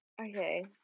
okay